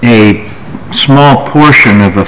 a small portion of the